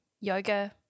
yoga